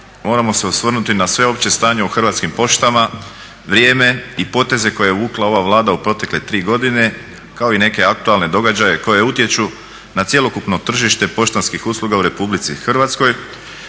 moramo se osvrnuti na sveopće stanje u Hrvatskim poštama, vrijeme i poteze koje je vukla ova Vlada u protekle tri godine kao i neke aktualne događaje koje utječu na cjelokupno tržište poštanskih usluga u RH kao i to